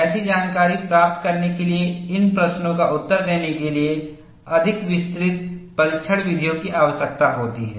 ऐसी जानकारी प्राप्त करने के लिए इन प्रश्नों का उत्तर देने के लिए अधिक विस्तृत परीक्षण विधियों की आवश्यकता होती है